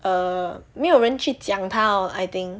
err 没有人去讲他 lor I think